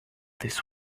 this